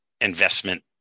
investment